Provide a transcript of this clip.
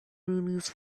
rulers